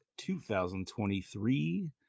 2023